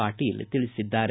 ಪಾಟೀಲ್ ತಿಳಿಸಿದ್ದಾರೆ